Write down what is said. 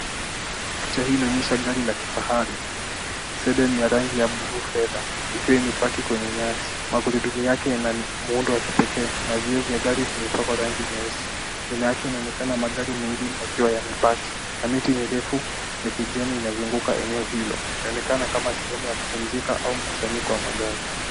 Picha hii inonyesha gani la kifahari, Seda ni ya rangi ya bluu fedha ikiwa imepakwa kwenye nyasi, magurudumu yake yana muundo wa kipekee na vioo vya gari vimepakwa rangi nyeusi, nyuma yake inaonekana magari mengine yakiwa yamepaki, na miti mirefu ya kijani inazunguka eneo hilo, inaonekana kama sehemu ya kumzika au mkusanyiko wa magari.